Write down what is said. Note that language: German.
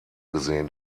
gesehen